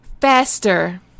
faster